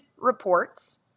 reports